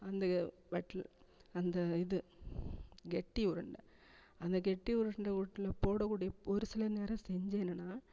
அந்த வட்லு அந்த இது கெட்டி உருண்டை அந்த கெட்டி உருண்டை வீட்ல போடக்கூடிய ஒரு சில நேரம் செஞ்சேன்னுன்னால்